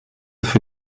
für